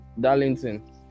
Darlington